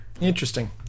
Interesting